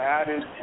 added